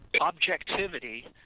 objectivity